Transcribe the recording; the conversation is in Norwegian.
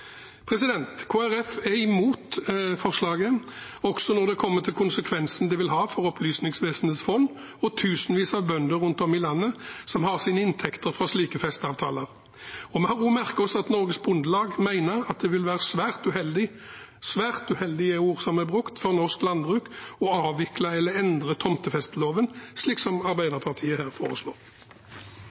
er imot forslaget, også når det gjelder konsekvensen det vil ha for Opplysningsvesenets fond og tusenvis av bønder rundt om i landet som har sine inntekter fra slike festeavtaler. Vi har også merket oss at Norges Bondelag mener at det vil være svært uheldig – «svært uheldig» er ord som er brukt – for norsk landbruk å avvikle eller endre tomtefesteloven, slik som Arbeiderpartiet her foreslår.